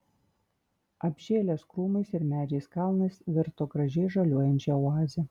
apžėlęs krūmais ir medžiais kalnas virto gražiai žaliuojančia oaze